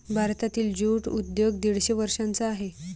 भारतातील ज्यूट उद्योग दीडशे वर्षांचा आहे